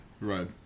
right